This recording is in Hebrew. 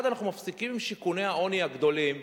אחד, אנחנו מפסיקים את שיכוני העוני הגדולים.